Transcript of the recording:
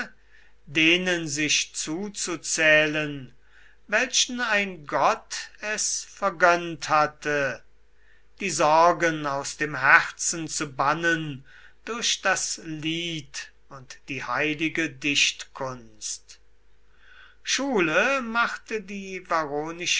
denen sich zuzuzählen welchen ein gott es vergönnt hat die sorgen aus dem herzen zu bannen durch das lied und die heilige dichtkunst schule machte die